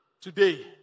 Today